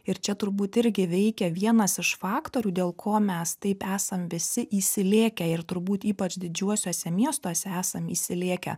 ir čia turbūt irgi veikia vienas iš faktorių dėl ko mes taip esam visi įsilėkę ir turbūt ypač didžiuosiuose miestuose esam įsilėkę